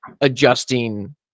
adjusting